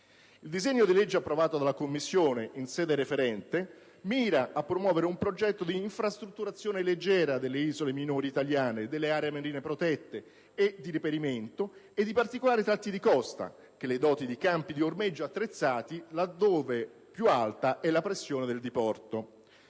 Il disegno di legge approvato dalla Commissione in sede referente mira a promuovere un progetto di infrastrutturazione leggera delle isole minori italiane, delle aree marine protette e di reperimento e di particolari tratti di costa, che le doti di campi di ormeggio attrezzati laddove più alta è la pressione del diporto.